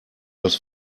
das